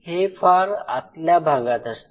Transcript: हे फार आतल्या भागात असते